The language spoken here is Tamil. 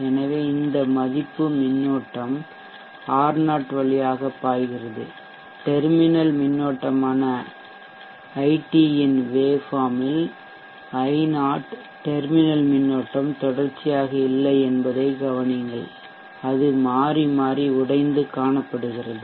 எனவே இந்த மதிப்பு மின்னோட்டம் R0 வழியாக பாய்கிறது டெர்மினல் மின்னோட்டமான ஐடியின் வேவ்ஃபார்ம் ல் அலைவடிவத்தில் I0 டெர்மினல் மின்னோட்டம் தொடர்ச்சியாக இல்லை என்பதைக் கவனியுங்கள் அது மாறி மாறி உடைந்து காணப்பபடுகிறது